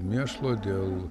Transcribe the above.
mėšlo dėl